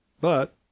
But